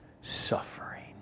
suffering